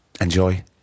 enjoy